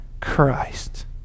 Christ